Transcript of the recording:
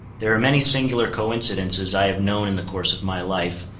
there are many singular coincidences i have known in the course of my life,